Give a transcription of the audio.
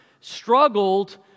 struggled